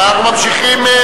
ואנחנו ממשיכים.